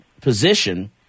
position